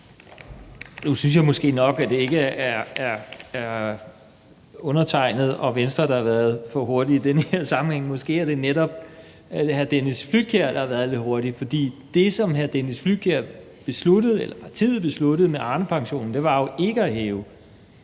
Nu synes jeg måske nok, at det ikke er undertegnede og Venstre, der har været for hurtige i den her sammenhæng. Måske er det netop hr. Dennis Flydtkjær, der har været lidt hurtig. For det, som hr. Dennis Flydtkjær besluttede, eller som partiet besluttede, med Arnepensionen, var jo ikke at hæve,